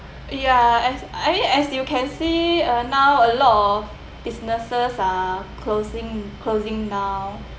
ya as I mean as you can see uh now a lot of businesses are closing closing down